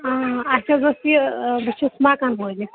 آ اَسہِ حظ اوس یہِ بہٕ چھس مَکان مٲلِک